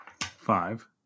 five